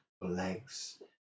legs